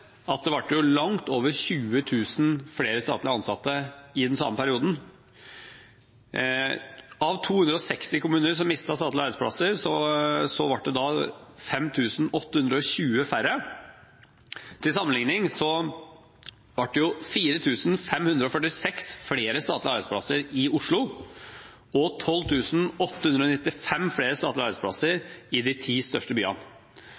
at det ble langt over 20 000 flere statlig ansatte i den samme perioden. I 260 av de kommunene som mistet statlige arbeidsplasser, ble det 5 820 færre ansatte. Til sammenligning ble det 4 546 flere statlige arbeidsplasser i Oslo og 12 895 flere statlige arbeidsplasser i de ti største byene.